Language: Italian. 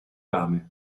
rame